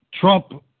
Trump